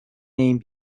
name